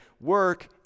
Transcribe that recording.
work